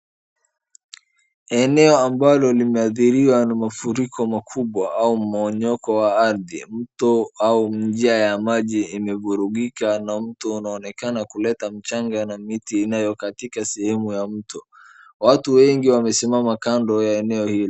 Eneo ambalo limeadhiriwa na makubwa au mmomonyoko wa ardhi. Mto aua nia ya maji imevurugika na mto unaonekana kule mchanga na miti inayokatika sehemu ya mto. Watu wengi wamesimama kando ya eneo hilo.